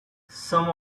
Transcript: some